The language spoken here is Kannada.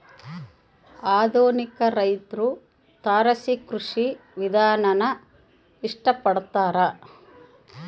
ಆಧುನಿಕ ರೈತ್ರು ತಾರಸಿ ಕೃಷಿ ವಿಧಾನಾನ ಇಷ್ಟ ಪಡ್ತಾರ